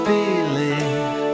believe